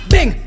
Bing